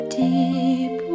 deep